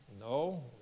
No